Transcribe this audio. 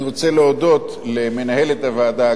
אני רוצה להודות למנהלת הוועדה,